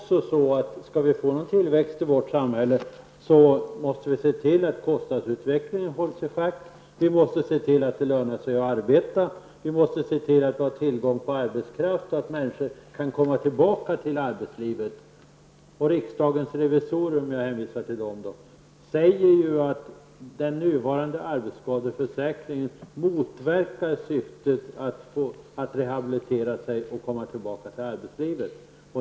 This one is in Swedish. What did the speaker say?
Skall vi få någon tillväxt i vårt samhälle, måste vi se till att kostnadsutvecklingen hålls i schack. Vi måste se till att det lönar sig att arbeta. Vi måste se till att ha tillgång på arbetskraft, att människor kan komma tillbaka till arbetslivet. Riksdagens revisorer, för att hänvisa till dem då, säger ju att den nuvarande arbetsskadeförsäkringen motverkar syftet att rehabilitera sig och komma tillbaka till arbetslivet.